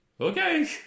Okay